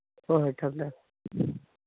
ꯍꯣꯏ ꯍꯣꯏ ꯊꯝꯃꯦ ꯊꯝꯃꯦ